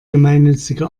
gemeinnützige